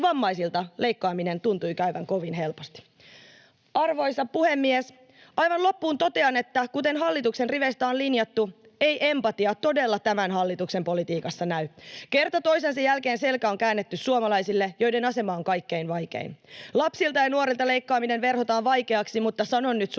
Arvoisa puhemies! Aivan loppuun totean, että kuten hallituksen riveistä on linjattu, ei empatia todella tämän hallituksen politiikassa näy. Kerta toisensa jälkeen selkä on käännetty suomalaisille, joiden asema on kaikkein vaikein. Lapsilta ja nuorilta leikkaaminen verhotaan vaikeaksi, mutta sanon nyt suoraan,